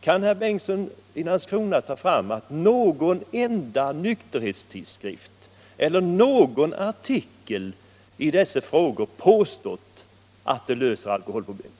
Kan herr Bengtsson ta fram någon enda nykterhetstidskrift eller någon artikel i dessa frågor, där det påståtts att det löser alkoholproblemet?